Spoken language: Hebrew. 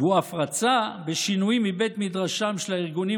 והוא אף רצה בשינויים מבית מדרשם של הארגונים